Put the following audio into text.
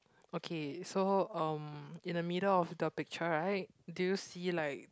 okay so um in the middle of the picture right do you see like